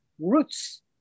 roots